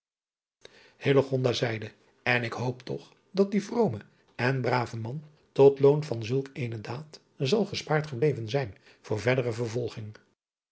zeide n ik hoop toch dat die vrome en brave man tot loon van zulk eene daad zal gespaard gebleven zijn voor verdere vervolging